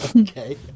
Okay